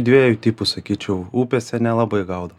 dviejų tipų sakyčiau upėse nelabai gaudau